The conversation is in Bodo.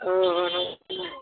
अ अ अ